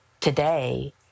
today